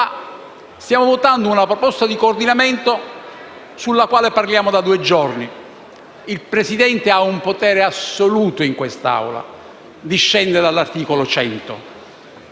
stiamo per votare una proposta di coordinamento sulla quale parliamo da due giorni. Il Presidente ha un potere assoluto in quest'Aula, che discende dall'articolo 100